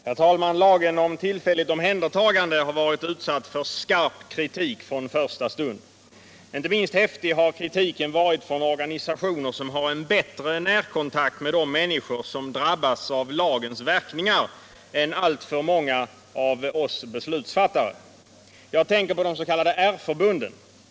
Herr talman! Lagen om tillfälligt omhändertagande har varit utsatt för stark kritik från första stund. Inte minst häftig har kritiken varit från organisationer som har en bättre närkontakt med de människor som drabbas av lagens verkningar än alltför många av oss beslutsfattare. Jag tänker på de s.k. R-förbunden.